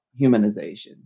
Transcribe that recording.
humanization